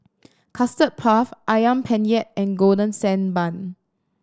Custard Puff Ayam Penyet and Golden Sand Bun